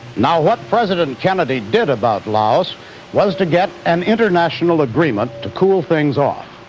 now, what president kennedy did about laos was to get an international agreement to cool things off.